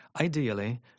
Ideally